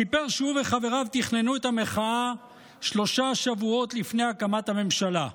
סיפר שהוא וחבריו תכננו את המחאה שלושה שבועות לפני הקמת הממשלה,